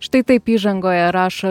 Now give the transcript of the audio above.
štai taip įžangoje rašo